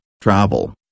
travel